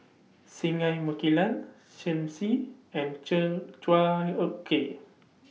Singai Mukilan Shen Xi and Chua Ek Kay